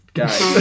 guys